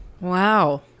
Wow